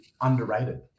underrated